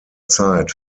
zeit